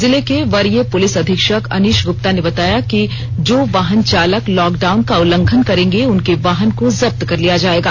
जिले के वरीय पूलिस अधीक्षक अनिश ग्रप्ता ने बताया कि जो वाहन चालक लॉकडाउन का उल्लंघन करेंगे उनके वाहन को जब्त कर लिया जाएगा